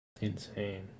Insane